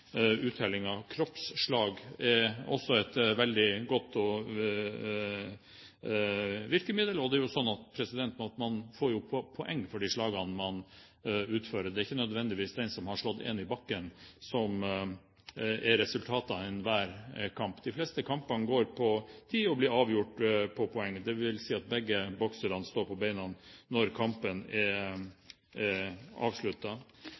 er jo slik at man får poeng for de slagene man utfører. Det er ikke nødvendigvis den som har slått en i bakken, som er vinner av enhver kamp. De fleste kampene går på tid og blir avgjort på poeng, dvs. at begge bokserne står på bena når kampen er